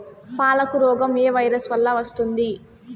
పాలకు రోగం ఏ వైరస్ వల్ల వస్తుంది?